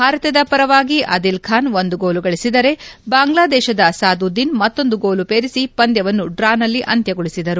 ಭಾರತದ ಪರವಾಗಿ ಅದಿಲ್ ಬಾನ್ ಒಂದು ಗೋಲು ಗಳಿಸಿದರೆ ಬಾಂಗ್ಲಾದೇಶದ ಸಾದ್ ಉದ್ದೀನ್ ಮತ್ತೊಂದು ಗೋಲು ಪೇರಿಸಿ ಪಂದ್ಯವನ್ನು ಡ್ರಾನಲ್ಲಿ ಅಂತ್ಯಗೊಳಿಸಿದರು